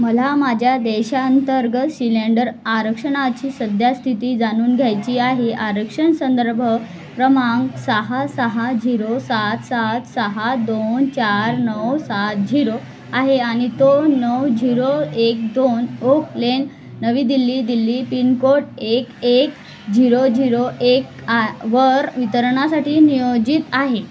मला माझ्या देशांतर्गत सिलेंडर आरक्षणाची सध्याची स्थिती जाणून घ्यायची आहे आरक्षण संदर्भ क्रमांक सहा सहा झिरो सात सात सहा दोन चार नऊ सात झिरो आहे आणि तो नऊ झिरो एक दोन ओकलेन नवी दिल्ली दिल्ली पिनकोड एक एक झिरो झिरो एक आ वर वितरणासाठी नियोजित आहे